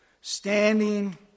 standing